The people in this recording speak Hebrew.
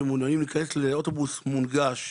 שמעוניינים להיכנס לאוטובוס מונגש,